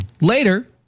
Later